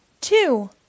two